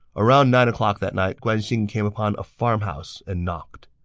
around nine o'clock that night, guan xing came upon a farmhouse and knocked.